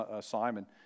Simon